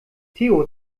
theo